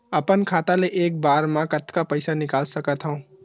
अपन खाता ले एक बार मा कतका पईसा निकाल सकत हन?